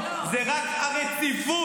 זה רק הרציפות.